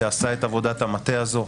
שעשה את עבודת המטה הזו.